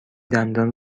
دندان